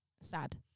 sad